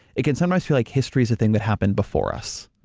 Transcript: it can sometimes feel like history's a thing that happened before us.